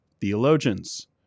theologians